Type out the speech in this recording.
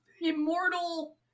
immortal